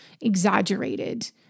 exaggerated